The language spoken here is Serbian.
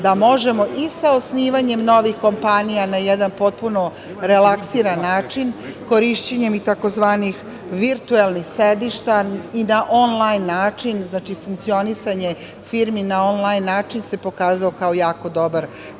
da možemo i sa osnivanjem novih kompanija na jedan potpuno relaksiran način, korišćenjem i tzv. virtuelnih sedišta i na onlajn način, znači, funkcionisanje firmi na onlajn način se pokazao kao jako dobar,